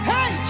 Hey